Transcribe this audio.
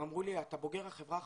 הם אמרו לי: אתה בוגר החברה החרדית,